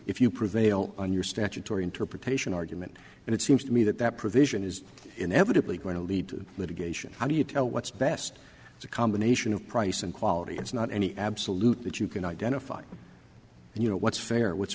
if you prevail on your statutory interpretation argument and it seems to me that that provision is inevitably going to lead to litigation how do you tell what's best it's a combination of price and quality it's not any absolute that you can identify and you know what's fair what's